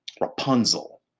Rapunzel